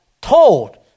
told